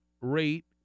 rate